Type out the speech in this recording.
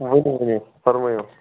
ؤنِو فرمٲوِو